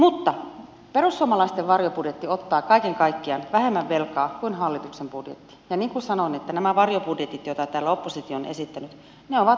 mutta perussuomalaisten varjobudjetti ottaa kaiken kaikkiaan vähemmän velkaa kuin hallituksen budjetti ja niin kuin sanoin nämä varjobudjetit joita täällä oppositio on esittänyt ovat tasapainoisia